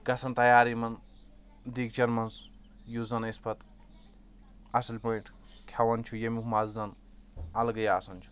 گَژھان تیار یِمن دیٖگچن منٛز یُس زَن أسۍ پتہٕ اصٕل پٲٹھۍ کھٮ۪وان چھ ییٚمیُک مَزٕ زَن اَلگے آسان چھُ